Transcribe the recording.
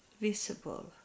visible